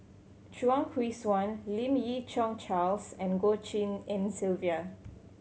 Chuang Hui Tsuan Lim Yi Yong Charles and Goh Tshin En Sylvia